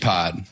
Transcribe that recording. Pod